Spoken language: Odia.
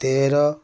ତେର